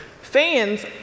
Fans